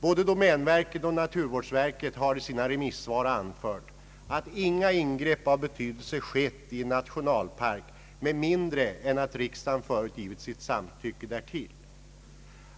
Både domänverket och naturvårdsverket har i sina remissvar anfört att inga ingrepp av betydelse skett i en nationalpark med mindre riksdagen först givit sitt samtycke därtill.